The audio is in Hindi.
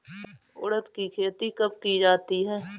उड़द की खेती कब की जाती है?